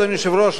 אדוני היושב-ראש,